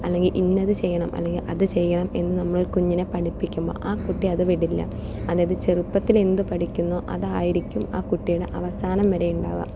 അല്ലെങ്കിൽ ഇന്നത് ചെയ്യണം അല്ലെങ്കിൽ അത് ചെയ്യണം എന്ന് നമ്മൾ ഒരു കുഞ്ഞിനെ പഠിപ്പിക്കുമ്പോൾ ആ കുട്ടി അത് വിടില്ല അതായത് ചെറുപ്പത്തിൽ എന്തു പഠിക്കുന്നുവോ അതായിരിക്കും ആ കുട്ടിയുടെ അവസാനം വരെ ഉണ്ടാവുക